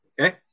Okay